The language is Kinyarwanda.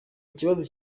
ikibazo